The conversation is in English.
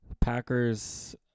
Packers